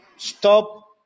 Stop